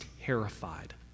terrified